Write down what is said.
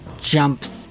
jumps